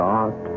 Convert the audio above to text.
God